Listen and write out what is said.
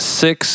six